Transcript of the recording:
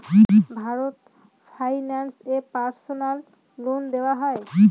Bharat Finance এ personal loan দেওয়া হয়?